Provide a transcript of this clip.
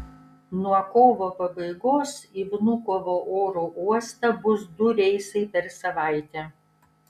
nuo kovo pabaigos į vnukovo oro uostą bus du reisai per savaitę